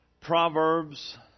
Proverbs